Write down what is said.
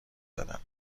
دادم